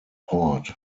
port